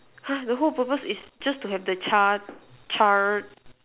!huh! the whole purpose is just to have the Char~ charred